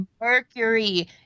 Mercury